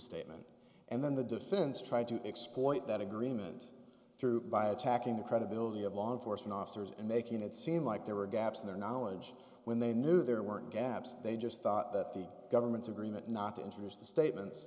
statement and then the defense tried to exploit that agreement through by attacking the credibility of law enforcement officers and making it seem like there were gaps in their knowledge when they knew there weren't gaps they just thought that the government's agreement not to introduce the statements